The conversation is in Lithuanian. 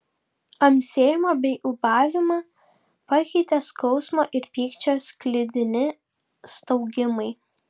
amsėjimą bei ūbavimą pakeitė skausmo ir pykčio sklidini staugimai